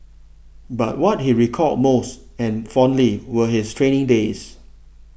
but what he recalled most and fondly were his training days